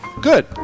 Good